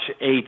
eight